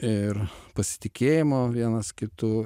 ir pasitikėjimo vienas kitu